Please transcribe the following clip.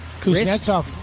Kuznetsov